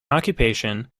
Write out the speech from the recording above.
occupation